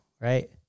right